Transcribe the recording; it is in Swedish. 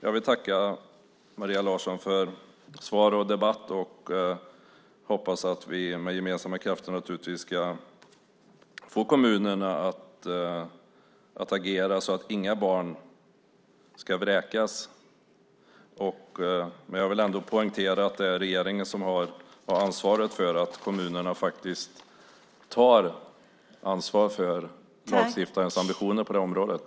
Jag vill tacka Maria Larsson för svar och debatt och hoppas att vi med gemensamma krafter ska få kommunerna att agera så att inga barn ska vräkas. Men jag vill ändå poängtera att det är regeringen som har ansvaret för att kommunerna faktiskt tar ansvar för lagstiftarens ambitioner på det området.